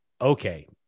okay